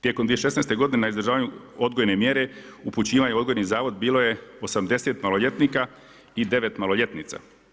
Tijekom 2016. godine na izdržavanju odgojne mjere upućivanje u odgojni zavod bilo je 80 maloljetnika i 9 maloljetnica.